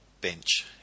bench